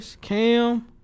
Cam